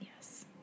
Yes